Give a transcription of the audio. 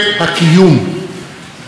יותר מאיום הגרעין,